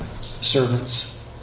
servants